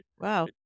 Wow